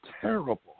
terrible